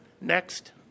Next